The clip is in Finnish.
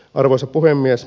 arvoisa puhemies